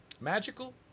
Magical